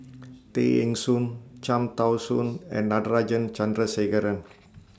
Tay Eng Soon Cham Tao Soon and Natarajan Chandrasekaran